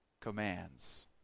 commands